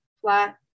flat